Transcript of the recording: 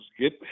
get